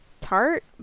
tart